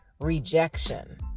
rejection